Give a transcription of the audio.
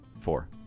Four